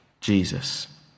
Jesus